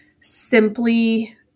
simply